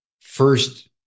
first